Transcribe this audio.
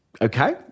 okay